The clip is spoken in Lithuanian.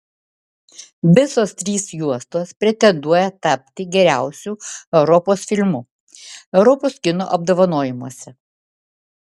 visos trys juostos pretenduoja tapti geriausiu europos filmu europos kino apdovanojimuose